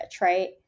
right